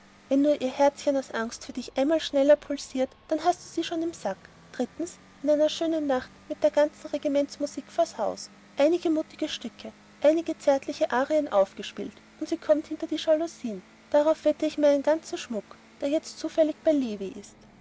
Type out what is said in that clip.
wenn nur ihr herzchen aus angst für dich einmal schneller pulsiert dann hast du sie schon im sack drittens in einer schönen nacht mit der ganzen regimentsmusik vors haus einige mutige stücke einige zärtliche arien aufgespielt und sie kommt hinter die jalousien darauf wette ich meinen ganzen schmuck der jetzt zufällig bei levi ist